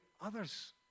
others